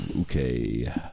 Okay